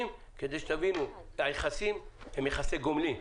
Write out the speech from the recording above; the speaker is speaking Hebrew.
כדי שתבינו את היחסים שהם יחסי גומלין.